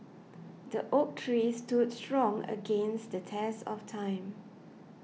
the oak tree stood strong against the test of time